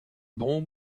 bon